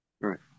Right